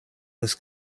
was